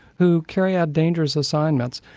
who carry out dangerous assignments,